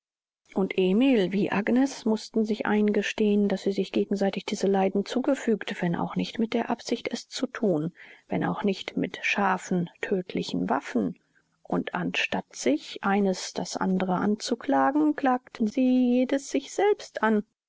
und emil wie agnes mußten sich eingestehen daß sie sich gegenseitig diese leiden zugefügt wenn auch nicht mit der absicht es zu thun wenn auch nicht mit scharfen tödtlichen waffen und anstatt sich eines das andere anzuklagen klagten sie jedes sich selbst an